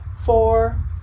four